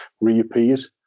reappears